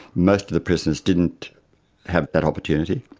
most of the prisoners didn't have that opportunity,